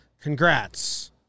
Congrats